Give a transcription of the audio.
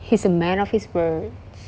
he's a man of his words